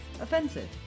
offensive